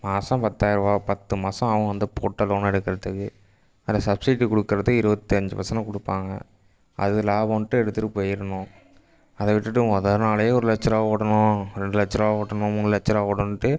மாதம் பத்தாயரரூவா பத்து மாதம் ஆகும் அந்த போட்ட லோனை எடுக்கிறத்துக்கு அந்த சப்ஸிட்டி கொடுக்கறது இருபத்தஞ்சி பர்சன்ட்டு கொடுப்பாங்க அது லாபோன்ட்டு எடுத்துகிட்டு போயிடணும் அதை விட்டுவிட்டு மொதல் நாளே ஒரு லட்ச ரூபா ஓட்டணும் ரெண்டு லட்ச ரூபா ஓட்டணும் மூணு லட்ச ரூபா ஓடணும்ட்டு